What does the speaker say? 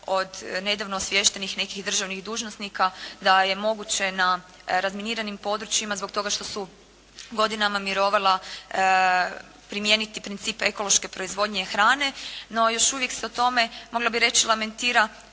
od nedavno osviještenih nekih državnih dužnosnika da je moguće na razminiranim područjima zbog toga što su godinama mirovala primijeniti principe ekološke proizvodnje hrane, no još uvijek se o tome, mogla bih reći lamentira